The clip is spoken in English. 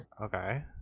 Okay